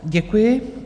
Děkuji.